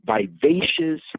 vivacious